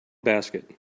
basket